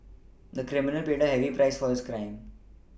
the criminal paid a heavy price for his crime